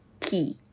Key